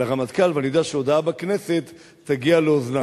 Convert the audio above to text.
לרמטכ"ל, ואני יודע שהודעה בכנסת תגיע לאוזניו.